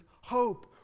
hope